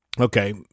Okay